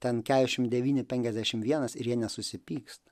ten keturiasdešimt devyni penkiasdešimt vienas ir jie nesusipyksta